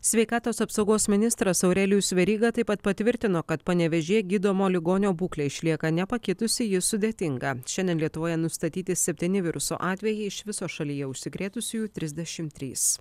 sveikatos apsaugos ministras aurelijus veryga taip pat patvirtino kad panevėžyje gydomo ligonio būklė išlieka nepakitusi ji sudėtinga šiandien lietuvoje nustatyti septyni viruso atvejai iš viso šalyje užsikrėtusiųjų trisdešim trys